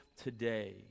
today